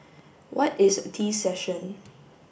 what is a tea session